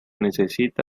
necesita